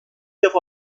defa